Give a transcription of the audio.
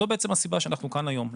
זו הסיבה שאנחנו כאן היום,